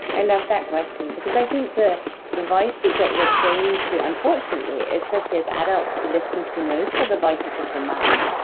i love that question because i think the the voices that we're trained to unfortunately especially as adults to listen to most are the voices of the mind.